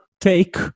take